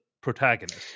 protagonist